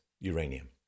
uranium